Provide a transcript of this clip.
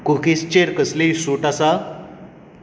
cookies चेर कसलीय सूट आसा